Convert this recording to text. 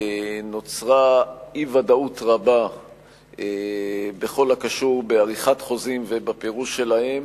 נוצרה אי-ודאות רבה בכל הקשור בעריכת חוזים ובפירוש שלהם,